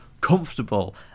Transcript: comfortable